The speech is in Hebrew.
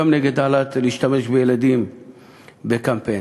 גם אני נגד להשתמש בילדים בקמפיין,